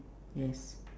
yes